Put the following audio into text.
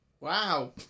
Wow